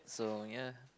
so ya